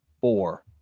four